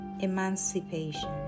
emancipation